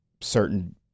certain